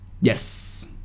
Yes